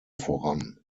voran